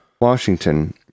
Washington